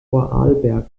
vorarlberg